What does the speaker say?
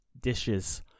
dishes –